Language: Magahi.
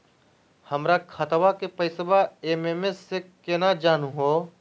हमर खतवा के पैसवा एस.एम.एस स केना जानहु हो?